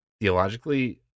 theologically